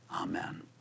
amen